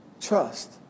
trust